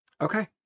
Okay